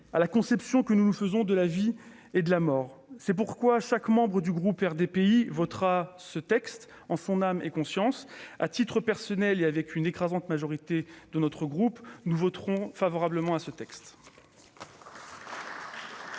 à la conception que nous nous faisons de la vie et de la mort. C'est pourquoi chaque membre du groupe RDPI votera ce texte en son âme et conscience. À titre personnel, comme l'écrasante majorité de mon groupe, je voterai pour. La parole est